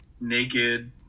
naked